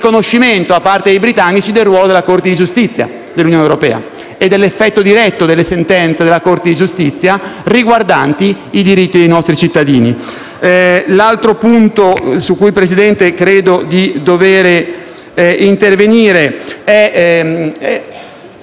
riconoscimento da parte dei britannici del ruolo della Corte di giustizia dell'Unione europea e dell'effetto diretto delle sentenze della Corte riguardanti i diritti dei nostri cittadini. Presidente, l'altro punto su cui credo di dover rispondere è